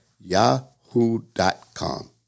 yahoo.com